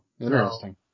interesting